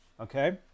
okay